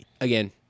again